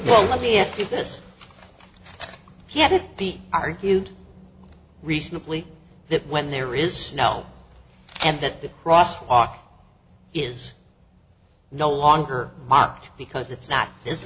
well let me ask you this can it be argued reasonably that when there is snow and that cross walk is no longer marked because it's not